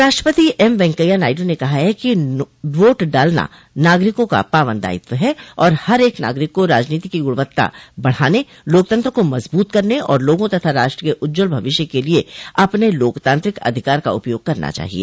उप राष्ट्रपति एम वेंकैया नायडू ने कहा है कि वोट डालना नागरिकों का पावन दायित्व है और हर एक नागरिक को राजनीति की गुणवत्ता बढ़ाने लोकतंत्र को मजब्त करने और लोगों तथा राष्ट्र के उज्जवल भविष्य के लिए अपने लोकतांत्रिक अधिकार का उपयोग करना चाहिए